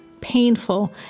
painful